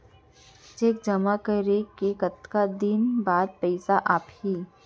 Cheque जेमा करे के कतका दिन बाद पइसा आप ही?